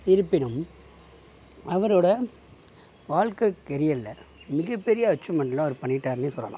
இருப்பினும் அவரோடய வாழ்க்க கேரியரில் மிகப்பெரிய அச்சீவ்மெண்ட்லாம் அவரு பண்ணிட்டாருன்னே சொல்லெலாம்